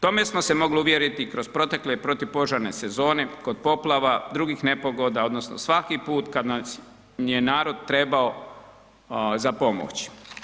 Tome smo se mogli uvjeriti i kroz protekle protupožarne sezone, kod poplava, drugih nepogoda, odnosno svaki put kad nas je narod trebao za pomoć.